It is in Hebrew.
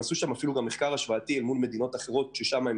הם עשו שם מחקר השוואתי אל מול מדינות אחרות ששם הם